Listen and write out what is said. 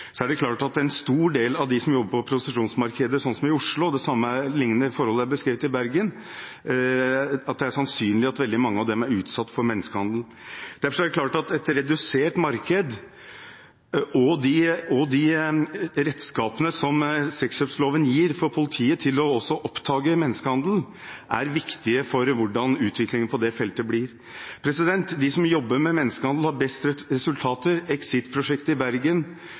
Oslo – og lignende forhold er beskrevet i Bergen – er utsatt for menneskehandel. Derfor er det klart at et redusert marked og de redskapene som sexkjøpsloven gir politiet til å oppdage menneskehandel, er viktig for hvordan utviklingen på det feltet blir. De som jobber med menneskehandel, og har best resultater, Exit Prosjektet i Bergen